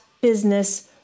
business